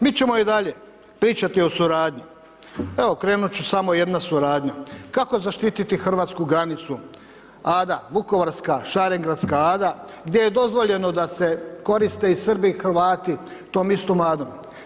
Mi ćemo i dalje pričati o suradnji, evo krenuti ću samo jedna suradnja, kako zaštiti hrvatsku granicu, a da vukovarska, šarengradska ada, gdje je dozvoljeno da se koriste i Srbi i Hrvati tom istom adom.